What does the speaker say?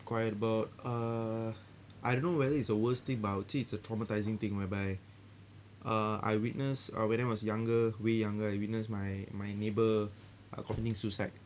quiet about uh I don't know whether it's the worst thing but I would say it's a traumatising thing whereby uh I witness uh when I was younger way younger I witness my my neighbour uh committing suicide